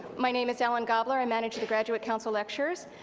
my name is ellen gobler. i manage the graduate council lectures,